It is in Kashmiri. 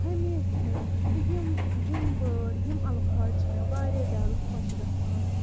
ہَمیش چھُ مےٚ یہِ تہٕ یِم یِم وٲڑ یِم اَلفاظ چھِ مےٚ واریاہ زیادٕ خۄش گَژھان